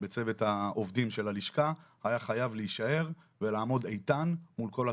בצוות העובדים של הלשכה היה חייב להישאר ולעמוד איתן מול כל התהפוכות.